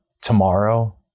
tomorrow